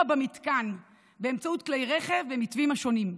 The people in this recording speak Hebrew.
במתקן באמצעות כלי רכב במתווים השונים.